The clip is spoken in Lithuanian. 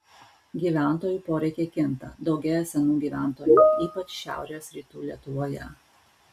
gyventojų poreikiai kinta daugėja senų gyventojų ypač šiaurės rytų lietuvoje